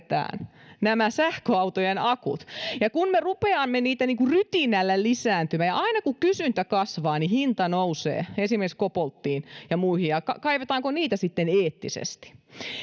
nämä sähköautojen akut kun me rupeamme niitä niin kuin rytinällä lisäämään ja koska aina kun kysyntä kasvaa niin hinta nousee esimerkiksi koboltin ja muiden niin kaivetaanko niitä sitten eettisesti